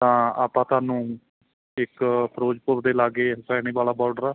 ਤਾਂ ਆਪਾਂ ਤੁਹਾਨੂੰ ਇੱਕ ਫਿਰੋਜ਼ਪੁਰ ਦੇ ਲਾਗੇ ਵਾਲਾ ਬਾਰਡਰ ਆ